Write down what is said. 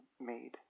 made